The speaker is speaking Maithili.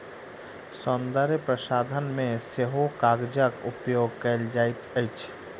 सौन्दर्य प्रसाधन मे सेहो कागजक उपयोग कएल जाइत अछि